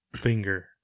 Finger